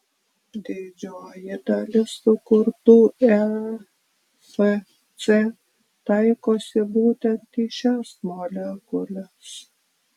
didžioji dalis sukurtų efc taikosi būtent į šias molekules